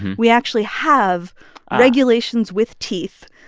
we actually have regulations with teeth.